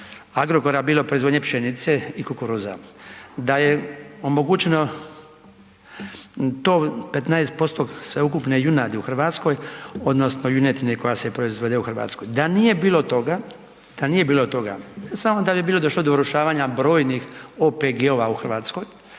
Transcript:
Agrokora bilo proizvodnje pšenice i kukuruza, da je omogućeno tov 15% sveukupne junadi u Hrvatskoj odnosno junetine koja se proizvede u Hrvatskoj. Da nije bilo toga ne samo da bi bilo došlo do urušavanja brojnih OPG-ova u Hrvatskoj,